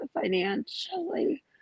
financially